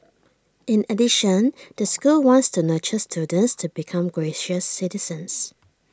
in addition the school wants to nurture students to become gracious citizens